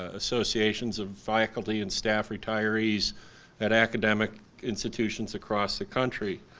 associations of faculty and staff retirees at academic institutions across the country.